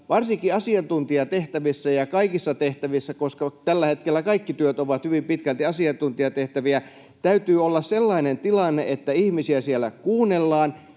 Varsinkin asiantuntijatehtävissä — ja kaikissa tehtävissä, koska tällä hetkellä kaikki työt ovat hyvin pitkälti asiantuntijatehtäviä — täytyy olla sellainen tilanne, että ihmisiä siellä kuunnellaan.